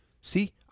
see